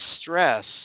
stress